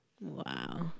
Wow